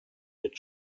mit